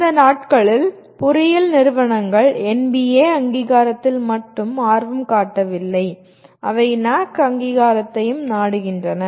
இந்த நாட்களில் பொறியியல் நிறுவனங்கள் என்பிஏ அங்கீகாரத்தில் மட்டும் ஆர்வம் காட்டவில்லை அவை என்ஏஏசி அங்கீகாரத்தையும் நாடுகின்றன